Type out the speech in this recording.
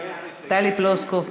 טלי פלוסקוב,